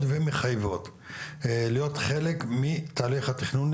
ומחייבות להיות חלק מתהליך התכנון,